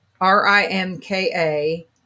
R-I-M-K-A